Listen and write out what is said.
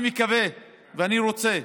אני מקווה, ואני רוצה,